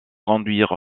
conduire